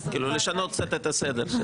כלומר, לשנות קצת את הסדר.